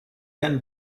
can